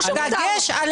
דגש על